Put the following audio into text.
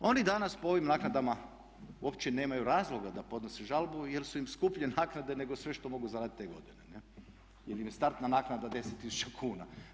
Oni danas po ovim naknadama uopće nemaju razloga da podnose žalbu, jer su im skuplje naknade nego sve što mogu zaraditi te godine, jer im je startna naknada 10000 kuna.